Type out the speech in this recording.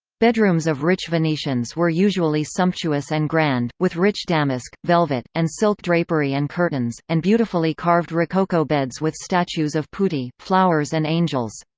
bedrooms of rich venetians were usually sumptuous and grand, with rich damask, velvet, and silk drapery and curtains, and beautifully carved rococo beds with statues of putti, flowers and angels.